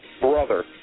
brother